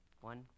One